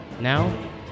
Now